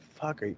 Fuck